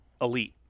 elite